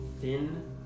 thin